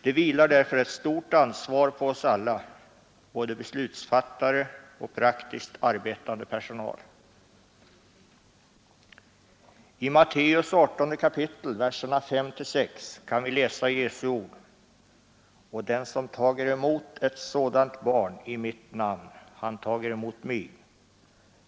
Det vilar därför ett stort ansvar på oss alla, både beslutsfattare och praktiskt arbetande personal. I Matteus 18 kap., verserna 5 och 6, kan vi läsa Jesu ord: ”Och den som tager emot ett sådant barn i mitt namn, han tager emot mig.